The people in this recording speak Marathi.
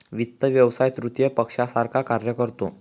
वित्त व्यवसाय तृतीय पक्षासारखा कार्य करतो